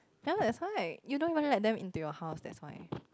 ya that's why you don't even let them into your house that's why